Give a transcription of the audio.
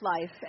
life